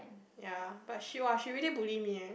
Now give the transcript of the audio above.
ya but she !wah! she really bully me eh